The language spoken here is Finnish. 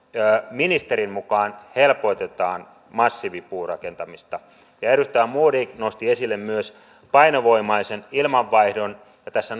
ministerin mukaan helpotetaan massiivipuurakentamista edustaja modig nosti esille myös painovoimaisen ilmanvaihdon ja tässä